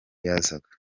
yazaga